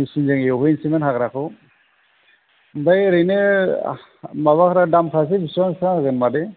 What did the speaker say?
मिशिनजों एवहैसैमोन आरो हाग्राखौ आमफ्राय ओरैनो माबाफ्रा दामफ्रासो बिसिबां बिसिबां होगोन मादै